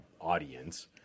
audience